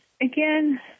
Again